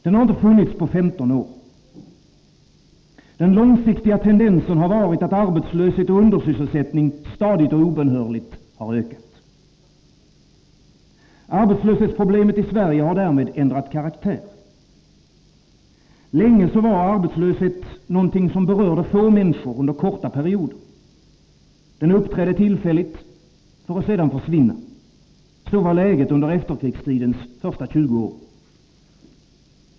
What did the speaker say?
Den har inte funnits på 15 år. Den långsiktiga tendensen har varit att arbetslöshet och undersysselsättning stadigt och obönhörligt har ökat. Arbetslöshetsproblemet i Sverige har därmed ändrat karaktär. Länge var arbetslöshet något som berörde få människor under korta perioder. Den uppträdde tillfälligt för att sedan försvinna; så var läget under efterkrigstidens första 20 år.